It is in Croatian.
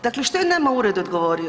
Dakle, što je nama ured odgovorio?